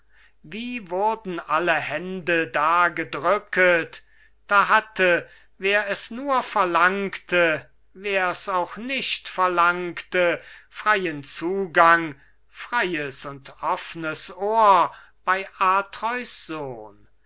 wie wurden alle hände da gedrücket da hatte wer es nur verlangte war's auch nicht verlangte freien zugang freies und offnes ohr bei atreus sohn